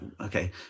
Okay